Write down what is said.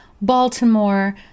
Baltimore